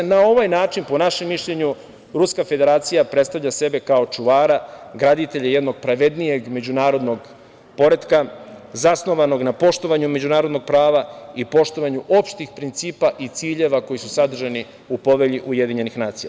Na ovaj način po našem mišljenju Ruska Federacija predstavlja sebe kao čuvara, graditelja jednog pravednijeg međunarodnog poretka zasnovanog na poštovanju međunarodnog prava i poštovanju opštih principa i ciljeva koji su sadržani u Povelji UN.